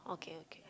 okay okay